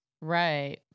Right